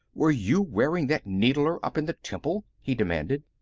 were you wearing that needler up in the temple? he demanded.